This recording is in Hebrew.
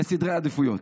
לסדרי עדיפויות.